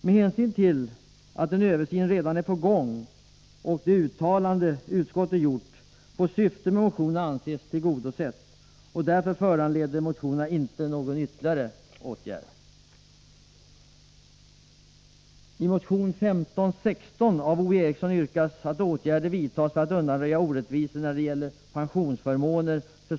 Med hänsyn till att en översyn redan är på gång och det uttalande utskottet gjort får syftet med motionerna anses vara tillgodosett, och därför föranleder motionerna inte någon ytterligare åtgärd.